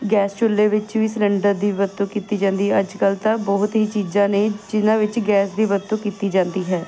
gas ਚੁੱਲੇ ਵਿੱਚ ਵੀ ਸਿਲਿੰਡਰ ਦੀ ਵਰਤੋਂ ਕੀਤੀ ਜਾਂਦੀ ਅੱਜ ਕੱਲ੍ਹ ਤਾਂ ਬਹੁਤ ਹੀ ਚੀਜ਼ਾਂ ਨੇ ਜਿਨ੍ਹਾਂ ਵਿੱਚ ਗੈਸ ਦੀ ਵਰਤੋਂ ਕੀਤੀ ਜਾਂਦੀ ਹੈ